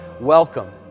welcome